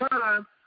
time